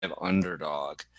underdog